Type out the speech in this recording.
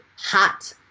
hot